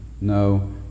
No